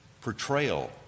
portrayal